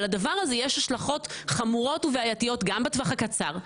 אבל לדבר הזה יש השלכות חמורות ובעייתיות גם בטווח הקצר,